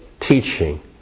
teaching